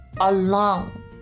alone